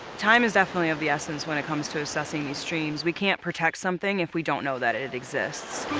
time is definitely of the essence when it comes to assessing these streams. we can't protect something if we don't know that it exists.